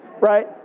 right